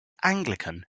anglican